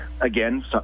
again